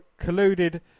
colluded